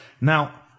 Now